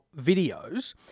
videos